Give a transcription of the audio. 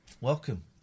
Welcome